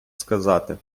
сказати